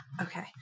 Okay